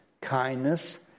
kindness